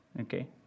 okay